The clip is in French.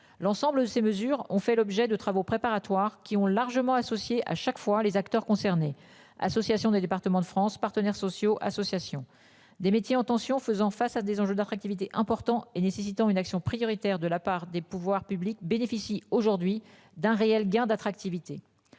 l'ensemble de ces mesures ont fait l'objet de travaux préparatoires qui ont largement associés à chaque fois les acteurs concernés, association des départements de France, partenaires sociaux, associations des métiers en tension, faisant face à des enjeux d'attractivité importants et nécessitant une action prioritaire de la part des pouvoirs publics bénéficient aujourd'hui d'un réel gain d'attractivité.